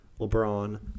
LeBron